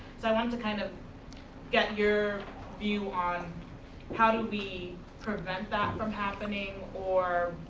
so i wanted to kind of get your view on how do we prevent that from happening or,